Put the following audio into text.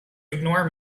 ignore